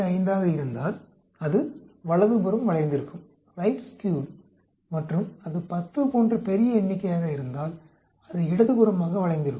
25 ஆக இருந்தால் அது வலதுபுறம் வளைந்திருக்கும் மற்றும் அது 10 போன்ற பெரிய எண்ணிக்கையாக இருந்தால் அது இடதுபுறமாக வளைந்திருக்கும்